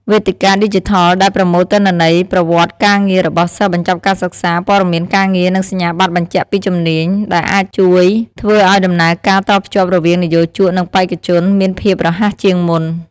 វេទិកាឌីជីថលដែលប្រមូលទិន្នន័យប្រវត្តិការងាររបស់សិស្សបញ្ចប់ការសិក្សា ព័ត៌មានការងារ និងសញ្ញាប័ត្របញ្ជាក់ពីជំនាញ អាចជួយធ្វើឲ្យដំណើរការតភ្ជាប់រវាងនិយោជកនិងបេក្ខជនមានភាពរហ័សជាងមុន។